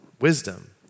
Wisdom